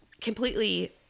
completely